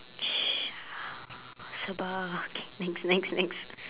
sh~ sabar okay next next next